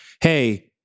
hey